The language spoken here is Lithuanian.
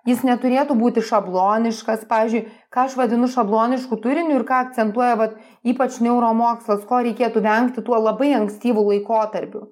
jis neturėtų būti šabloniškas pavyzdžiui ką aš vadinu šablonišku turiniu ir ką akcentuoja vat ypač neuromokslas ko reikėtų vengti tuo labai ankstyvu laikotarpiu